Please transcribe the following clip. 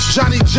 Johnny